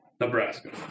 Nebraska